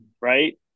right